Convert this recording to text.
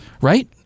Right